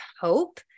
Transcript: hope